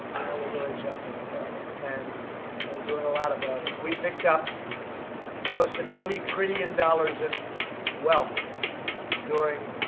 we're doing something about it. and we're doing a lot about it. we picked up close to twenty twenty and dollars in wealth during